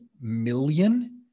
million